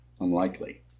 Unlikely